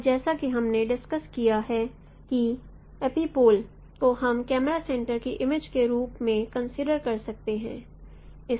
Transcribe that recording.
और जैसा कि हमने डिस्कस किया है कि एपिपोल को हम कैमरा सेंटर की इमेज के रूप में कंसीडर कर सकते हैं